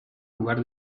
lugar